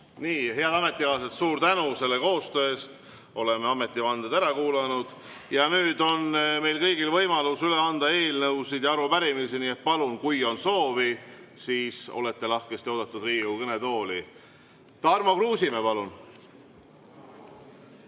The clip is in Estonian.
Head ametikaaslased, suur tänu selle koostöö eest! Oleme ametivanded ära kuulanud. Nüüd on meil kõigil võimalus üle anda eelnõusid ja arupärimisi. Nii et palun, kui on soovi, siis olete lahkesti oodatud Riigikogu kõnetooli. Tarmo Kruusimäe, palun!